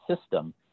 system